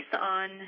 on